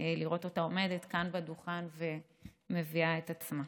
לראות אותה עומדת כאן בדוכן ומביאה את עצמה.